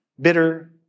bitter